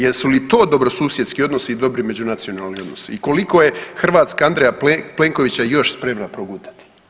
Jesu li to dobrosusjedski odnosi i dobri međunacionalni odnosi i koliko je Hrvatska Andreja Plenkovića još spremna progutati?